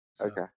Okay